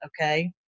okay